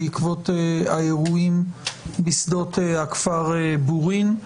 בעקבות האירועים בשדות הכפר בורין.